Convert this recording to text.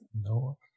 No